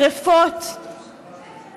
שרפות,